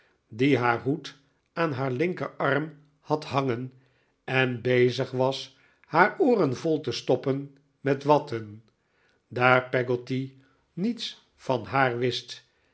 die haar hoed aan haar linkerarm had hangen en bezig was haar ooren vol te stoppen met watten daar peggotty niets van haar wist